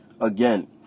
again